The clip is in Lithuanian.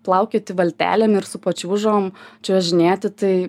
plaukioti valtelėm ir su pačiūžom čiuožinėti tai